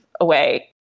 away